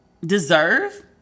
deserve